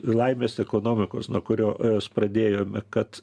laimės ekonomikos nuo kurios pradėjome kad